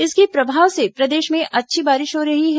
इसके प्रभाव से प्रदेश में अच्छी बारिश हो रही है